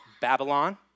Babylon